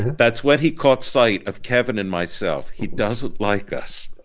that's when he caught sight of kevin and myself he doesn't like us.